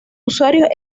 usuarios